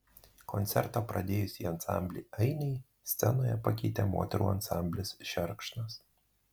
koncertą pradėjusį ansamblį ainiai scenoje pakeitė moterų ansamblis šerkšnas